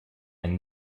and